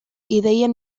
ideien